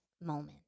moment